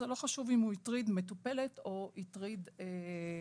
זה לא חשוב אם הוא הטריד מטופלת או הטריד קולגה.